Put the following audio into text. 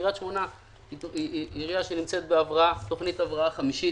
קריית שמונה היא עירייה שנמצאת בתוכנית הבראה חמישית.